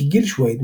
כי "גיל שויד,